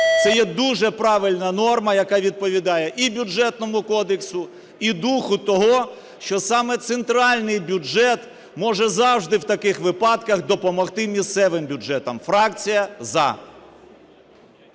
Це є дуже правильна норма, яка відповідає і Бюджетному кодексу, і духу того, що саме центральний бюджет може завжди в таких випадках допомогти місцевим бюджетам. Фракція – за.